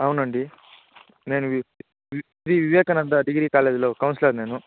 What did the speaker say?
అవును అండి నేను వివేకానంద డిగ్రీ కాలేజ్లో కౌన్సిలర్ నేను